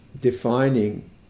defining